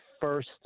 first